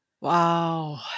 Wow